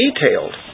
detailed